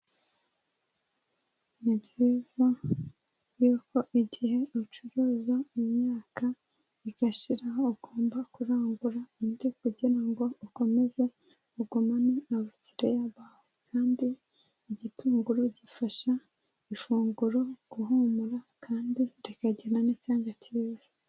Ni byiza y'uko igihe ucuruza imyaka igashira ugomba kuragura indi kugira ngo ukomeze ugumane abakiriya bawe kandi igitunguru gifasha ifunguro guhumura kandi rikagena n'icyanga kiza.